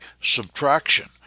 subtraction